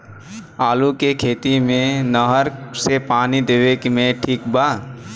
आलू के खेती मे नहर से पानी देवे मे ठीक बा?